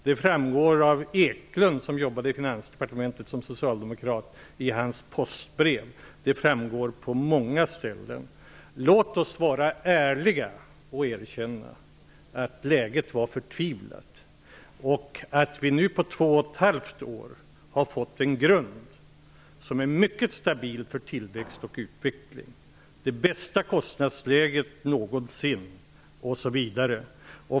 Det framgår av socialdemokraten Eklunds postbrev. Han jobbade i Finansdepartementet. Det framgår på många ställen. Låt oss vara ärliga och erkänna att läget var förtvivlat. Nu har vi på två och ett halvt år fått en grund som är mycket stabil för tillväxt och utveckling. Det är det bästa kostnadsläget någonsin.